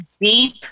Deep